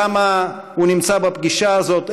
למה הוא נמצא בפגישה הזאת,